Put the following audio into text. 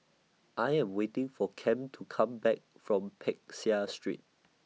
I Am waiting For Kem to Come Back from Peck Seah Street